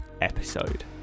episode